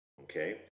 Okay